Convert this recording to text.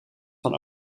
van